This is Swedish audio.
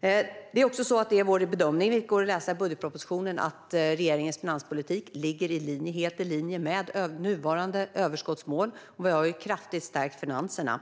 Det är vår bedömning, vilket går att läsa i budgetpropositionen, att regeringens finanspolitik ligger helt i linje med nuvarande överskottsmål. Och vi har kraftigt stärkt finanserna.